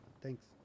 Thanks